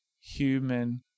human